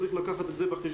צריך לקחת את זה בחשבון.